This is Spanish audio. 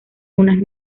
unas